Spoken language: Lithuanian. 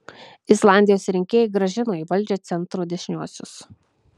islandijos rinkėjai grąžino į valdžią centro dešiniuosius